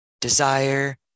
desire